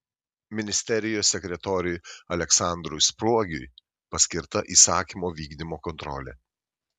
ministerijos sekretoriui aleksandrui spruogiui paskirta įsakymo vykdymo kontrolė